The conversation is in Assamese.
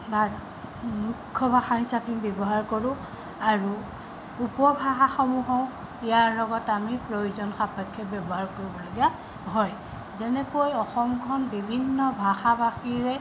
বা মূখ্য় ভাষা হিচাপে ব্যৱহাৰ কৰোঁ আৰু উপভাষাসমূহো ইয়াৰ লগত আমি প্ৰয়োজন সাপেক্ষে ব্যৱহাৰ কৰিবলগীয়া হয় যেনেকৈ অসমখন বিভিন্ন ভাষা ভাষীৰে